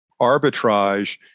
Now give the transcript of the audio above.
arbitrage